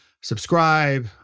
subscribe